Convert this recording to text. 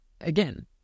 again